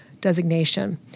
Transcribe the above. designation